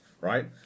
right